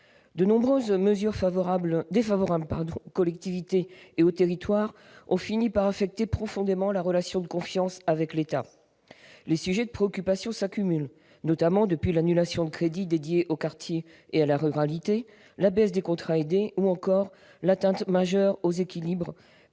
Les nombreuses mesures défavorables aux collectivités et aux territoires ont fini par affecter profondément la relation de confiance avec l'État. Les sujets de préoccupation s'accumulent, notamment depuis l'annulation de crédits dédiés aux quartiers et à la ruralité, la baisse des contrats aidés, ou encore l'atteinte majeure aux équilibres